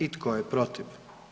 I tko je protiv?